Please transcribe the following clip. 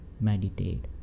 meditate